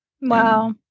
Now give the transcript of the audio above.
Wow